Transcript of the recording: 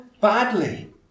badly